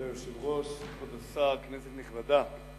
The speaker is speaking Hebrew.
כבוד היושב-ראש, כבוד השר, כנסת נכבדה,